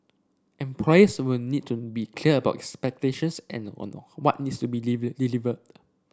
employers will need to be clear about expectations and on what needs to be deliver delivered